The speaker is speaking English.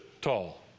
tall